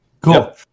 Cool